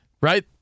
Right